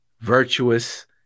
virtuous